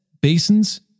basins